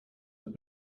had